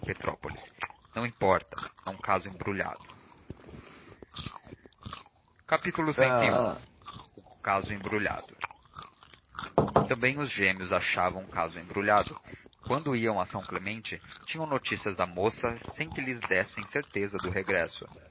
petrópolis não importa é um caso embrulhado ci o caso embrulhado também os gêmeos achavam o caso embrulhado quando iam a são clemente tinham notícias da moça sem que lhes dessem certeza do regresso